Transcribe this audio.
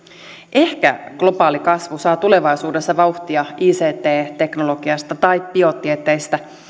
ehkä globaali kasvu saa tulevaisuudessa vauhtia ict teknologiasta tai biotieteistä